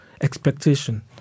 expectation